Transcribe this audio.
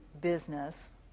business